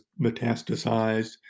metastasized